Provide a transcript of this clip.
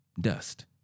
dust